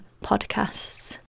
podcasts